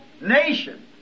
nation